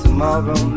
Tomorrow